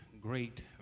great